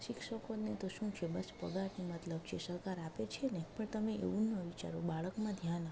શિક્ષકોને તો શું છે બસ પગારથી મતલબ છે સરકાર આપે છે ને પણ તમે એવું ન વિચારો બાળકમાં ધ્યાન આપો